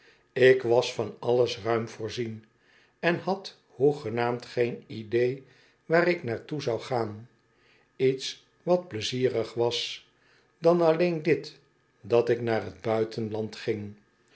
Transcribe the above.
ik was van alles ruim voorzien en had hoegenaamd geen idee waar ik naar toe zou gaan iets wat pleizierig was dan alleen dit dat ik naar t buitenland ging